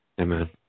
Amen